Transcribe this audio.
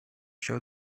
show